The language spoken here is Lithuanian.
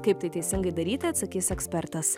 kaip tai teisingai daryti atsakys ekspertas